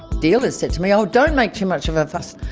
dealers said to me, oh don't make too much of a fuss,